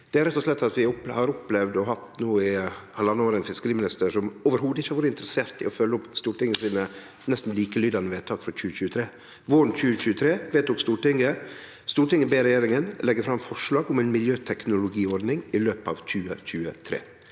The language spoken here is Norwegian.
Det er rett og slett at vi i halvtanna år har opplevd å ha ein fiskeriminister som ikkje i det heile har vore interessert i å følgje opp Stortinget sine nesten likelydande vedtak frå 2023. Våren 2023 vedtok Stortinget: «Stortinget ber regjeringen legge frem forslag om en miljøteknologiordning i løpet av 2023.»